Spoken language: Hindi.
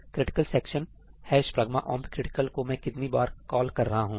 critical section ' pragma omp critical' को मैं कितनी बार कॉल कर रहा हूं